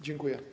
Dziękuję.